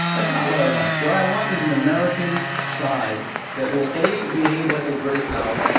that's not what i want. what i want is an american side that will, a, behave like a great power,